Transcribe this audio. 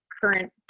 current